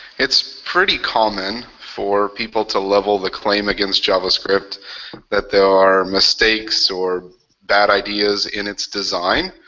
it's pretty common for people to level the claim against javascript that there are mistakes or bad ideas in its design.